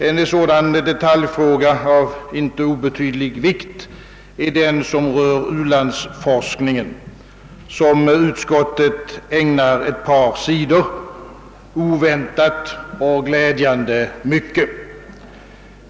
En sådan detaljfråga av inte obetydlig vikt är den som berör u-landsforskningen, vilken utskottet ägnar ett par sidor — oväntat och glädjande mycket.